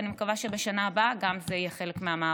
ואני מקווה שבשנה הבאה גם זה יהיה חלק מהמערך.